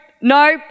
no